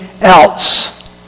else